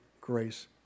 grace